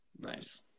Nice